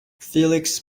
felix